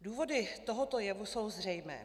Důvody tohoto jevu jsou zřejmé.